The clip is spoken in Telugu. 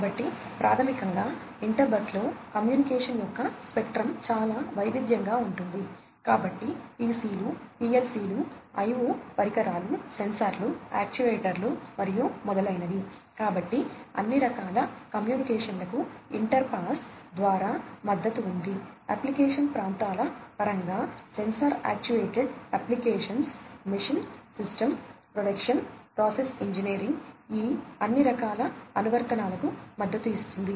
కాబట్టి ప్రాథమికంగా ఇంటర్ బస్సులో కమ్యూనికేషన్ యొక్క స్పెక్ట్రం ఈ అన్ని రకాల అనువర్తనాలకు మద్దతు ఇస్తుంది